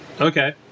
Okay